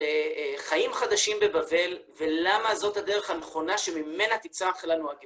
חיים חדשים בבבל, ולמה זאת הדרך הנכונה שממנה תצמח לנו הגאולה.